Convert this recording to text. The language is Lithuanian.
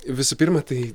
visų pirma tai